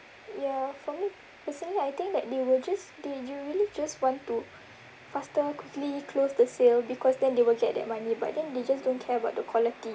ya for me personally I think that they will just they you really just want to faster quickly close the sale because then they will get that money but then they just don't care about the quality